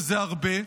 וזה הרבה,